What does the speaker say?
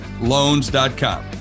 loans.com